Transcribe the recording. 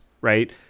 right